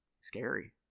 scary